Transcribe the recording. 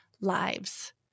lives